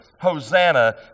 Hosanna